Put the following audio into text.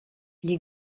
les